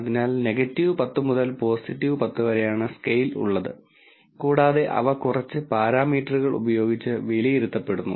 അതിനാൽ 10 മുതൽ 10 വരെയാണ് സ്കെയിൽ ഉള്ളത് കൂടാതെ അവ കുറച്ച് പരാമീറ്ററുകൾ ഉപയോഗിച്ച് വിലയിരുത്തപ്പെടുന്നു